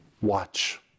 watch